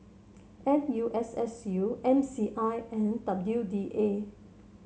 N U S S U M C I and W D A